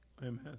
Amen